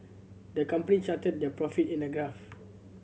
the company charted their profit in a graph